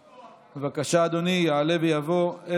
בבקשה, אדוני יעלה ויבוא.